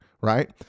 right